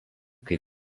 kai